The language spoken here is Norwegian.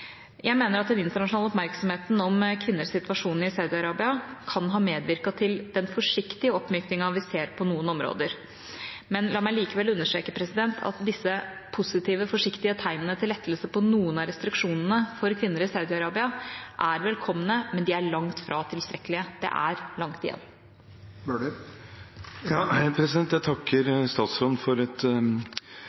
Jeg mener at den internasjonale oppmerksomheten om kvinners situasjon i Saudi-Arabia kan ha medvirket til den forsiktige oppmykningen vi ser på noen områder. La meg likevel understreke at disse positive, forsiktige tegnene til lettelse på noen av restriksjonene for kvinner i Saudi-Arabia er velkomne, men de er langt fra tilstrekkelige. Det er langt igjen. Jeg takker statsråden for et